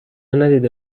ندیده